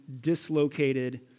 dislocated